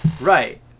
right